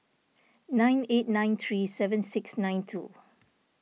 nine eight nine three seven six nine two